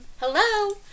hello